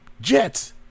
jets